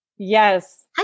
yes